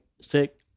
sick